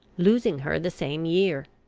losing her the same year.